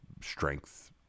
strength